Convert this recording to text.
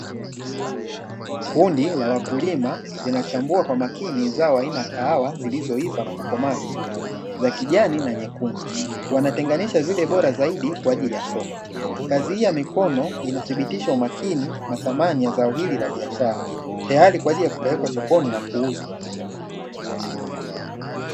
Kundi la wakulima linachambua kwa makini zao aina ya kahawa zilizoiva na kukomaa vizuri za kijani na nyekundu, wanatenganisha zile bora zaidi kwaajili ya soko. Kazi hii ya mikono inathibitisha umakini na thamani ya zao hili la biashara tayari kwaajili ya kupelekwa sokoni na kuuzwa.